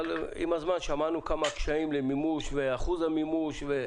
אבל עם הזמן שמענו כמה קשיים למימוש ואת אחוז המימוש.